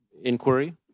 inquiry